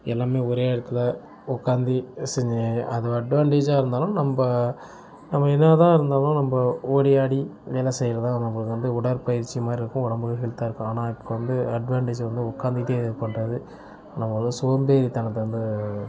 எல்லாமே ஒரே இடத்துல உட்காந்து செஞ்சு அது அட்வான்டேஜாக இருந்தாலும் நம்ம நம்ம என்னதான் இருந்தாலும் நம்ம ஓடி ஆடி வேலை செய்றதுதான் நம்மளுக்கு வந்து உடற்பயிற்சி மாதிரி இருக்கும் உடம்பு ஹெல்தாக இருக்கும் ஆனால் இப்போது வந்து அட்வான்டேஜ் வந்து உட்காந்துகிட்டே பண்றது நம்மளோடய சோம்பேறித்தனத்தை வந்து